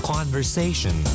Conversation